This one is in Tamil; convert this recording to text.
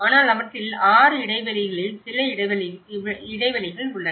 ஆனால் அவற்றில் 6 இடைவெளிகளில் சில இடைவெளிகள் உள்ளன